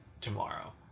tomorrow